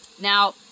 now